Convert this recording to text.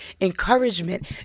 encouragement